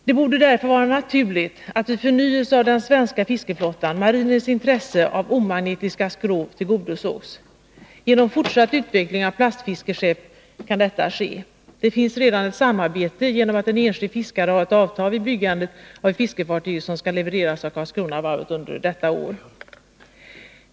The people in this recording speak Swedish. Det borde därför vara naturligt att vid förnyelse av den svenska fiskeflottan marinens intresse av omagnetiska skrov tillgodosågs. Genom fortsatt utveckling av plastfiskeskepp kan detta ske. Det finns redan ett samarbete genom att en enskild fiskare har ett avtal om byggande av ett fiskefartyg, som skall levereras av Karlskronavarvet under detta år.